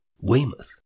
Weymouth